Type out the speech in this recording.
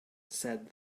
said